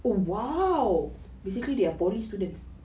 oh !wow! basically they are poly students